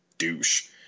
douche